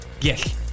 Yes